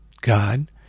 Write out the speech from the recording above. God